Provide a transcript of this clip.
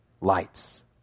lights